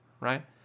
right